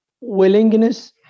willingness